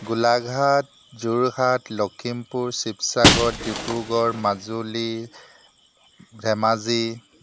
Golaghat Jorhat Lakhimpur Sivasagar Dibrugarh Majuli Dhemaji